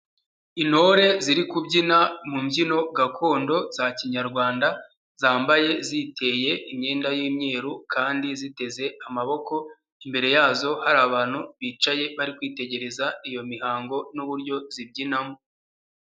intore ziri kubyina mu mbyino gakondo za kinyarwanda, zambaye ziteye imyenda y'imyeru kandi ziteze amaboko, imbere yazo hari abantu bicaye bari kwitegereza iyo mihango n'uburyo zibyinamo..